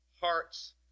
hearts